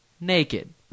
naked